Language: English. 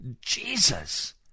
Jesus